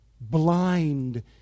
blind